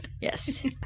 Yes